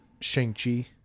Shang-Chi